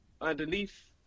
underneath